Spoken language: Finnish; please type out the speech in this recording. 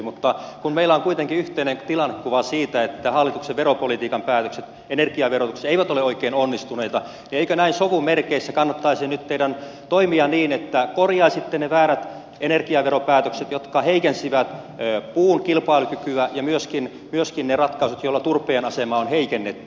mutta kun meillä on kuitenkin yhteinen tilannekuva siitä että hallituksen veropolitiikan päätökset energiaverotuksessa eivät ole oikein onnistuneita niin eikö näin sovun merkeissä kannattaisi nyt teidän toimia niin että korjaisitte ne väärät energiaveropäätökset jotka heikensivät puun kilpailukykyä ja myöskin ne ratkaisut joilla turpeen asemaa on heikennetty